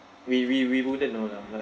we we we wouldn't know lah but